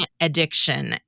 addiction